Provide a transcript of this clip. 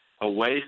away